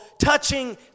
touching